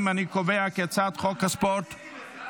אני קובע כי הצעת חוק הספורט ------ סליחה,